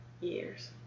years